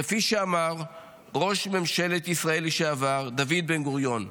כפי שאמר ראש ממשלת ישראל לשעבר דוד בן-גוריון: